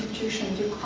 institution in